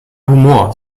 humor